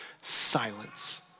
silence